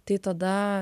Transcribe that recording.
tai tada